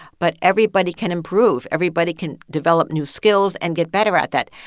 but everybody can improve. everybody can develop new skills and get better at that.